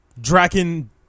Draken